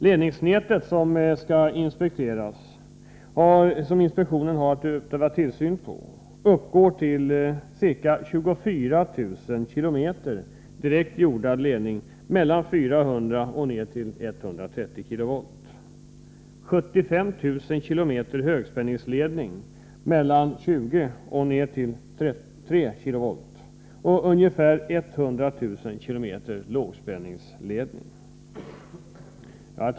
Ledningsnätet som inspektionen har att utöva tillsyn på uppgår till ca 24 000 km direktjordad ledning mellan 400 och 130 kilovolt, 75 000 km högspänningsledning mellan 20 och 3 kilovolt och ca 100 000 km lågspänningsledning. Herr talman!